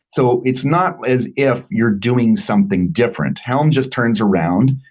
so it's not as if you're doing something different. helm just turns around,